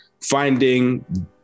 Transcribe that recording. Finding